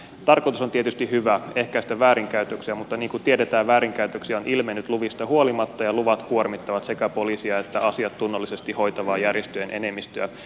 tarkoitus on tietysti hyvä ehkäistä väärinkäytöksiä mutta niin kuin tiedetään väärinkäytöksiä on ilmennyt luvista huolimatta ja luvat kuormittavat sekä poliisia että asiat tunnollisesti hoitavaa järjestöjen enemmistöä